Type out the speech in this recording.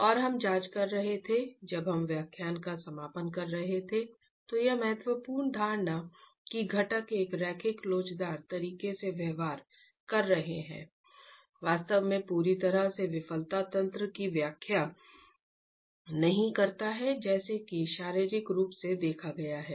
और हम जांच कर रहे थे जब हम व्याख्यान का समापन कर रहे थे तो यह महत्वपूर्ण धारणा कि घटक एक रैखिक लोचदार तरीके से व्यवहार कर रहे हैं वास्तव में पूरी तरह से विफलता तंत्र की व्याख्या नहीं करता है जैसा कि शारीरिक रूप से देखा गया है